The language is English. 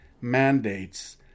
mandates